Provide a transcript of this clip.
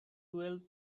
twelve